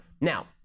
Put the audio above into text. Now